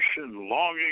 longing